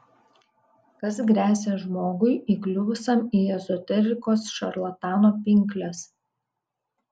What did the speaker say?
kas gresia žmogui įkliuvusiam į ezoterikos šarlatano pinkles